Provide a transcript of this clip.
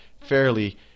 fairly